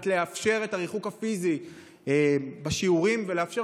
על מנת לאפשר את הריחוק הפיזי בשיעורים ולאפשר,